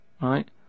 right